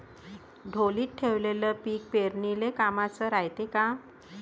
ढोलीत ठेवलेलं पीक पेरनीले कामाचं रायते का?